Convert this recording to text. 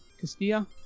Castilla